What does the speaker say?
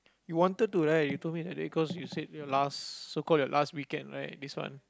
you wanted to right you told me that day cause you said your last so called your last weekend right this one